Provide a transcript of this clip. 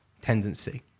tendency